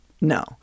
No